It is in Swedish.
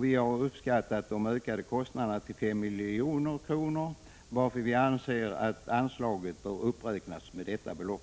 Vi har uppskattat de ökade kostnaderna till 5 milj.kr., varför vi anser att anslaget bör uppräknas med detta belopp.